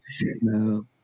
No